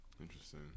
Interesting